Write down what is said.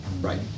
Right